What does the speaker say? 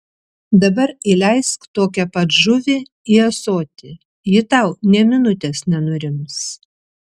dabar įleisk tokią pat žuvį į ąsotį ji tau nė minutės nenurims